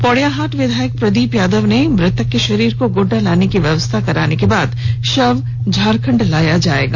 पोड़ैयाहाट विधायक प्रदीप यादव मृतक के शरीर को गोड्डा लाने की व्यवस्था कराने के बाद झारखंड लाया जाएगा